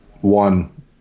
One